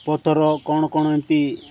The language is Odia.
ପଥର କ'ଣ କଣ ଏମିତି